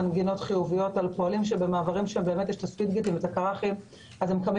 מפועלים במעברים שבהם נכנסים עם כר"חים ואז הם קמים